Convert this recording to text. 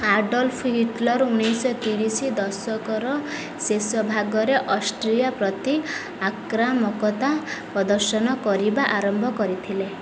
Adolf Hitler ଉଣେଇଶହ ତିରିଶ ଦଶକର ଶେଷ ଭାଗରେ ଅଷ୍ଟ୍ରିଆ ପ୍ରତି ଆକ୍ରାମକତା ପ୍ରଦର୍ଶନ କରିବା ଆରମ୍ଭ କରିଥିଲେ